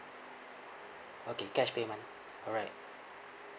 okay cash payment alright